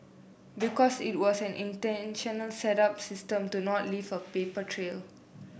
because it was an intentional set up system to not leave a paper trail